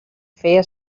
feia